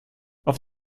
auf